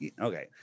Okay